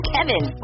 Kevin